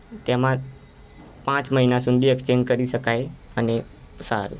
તેમાં પાંચ મહિના સુધી એક્સચેન કરી શકાય અને સારું